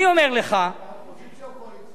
אני אומר לך, אתה אופוזיציה או קואליציה?